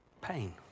pain